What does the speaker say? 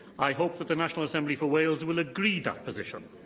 i hope that the national assembly for wales will agree that position,